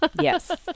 yes